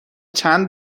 چند